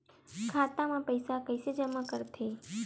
खाता म पईसा कइसे जमा करथे?